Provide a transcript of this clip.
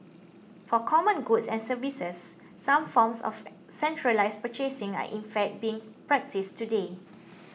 for common goods and services some forms of centralised purchasing are in fact being practised today